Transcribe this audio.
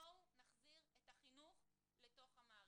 בואו נחזיר את החינוך לתוך המערכת.